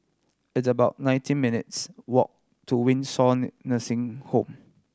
it's about nineteen minutes' walk to Windsor Nursing Home